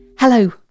Hello